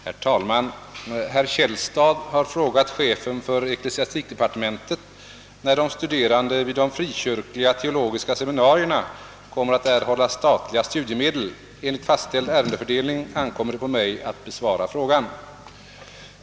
Herr talman! Herr Källstad har frågat chefen för ecklesiastikdepartementet, när de studerande vid de frikyrkliga teologiska seminarierna kommer att erhålla statliga studiemedel. Enligt fastställd ärendefördelning ankommer det på mig att besvara frågan.